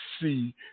see